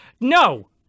No